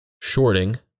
shorting